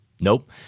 Nope